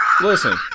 Listen